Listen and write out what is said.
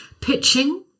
Pitching